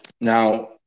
Now